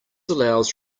allows